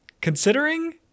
considering